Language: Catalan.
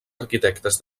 arquitectes